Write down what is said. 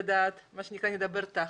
נדבר תכל'ס.